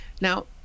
Now